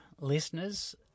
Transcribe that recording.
listeners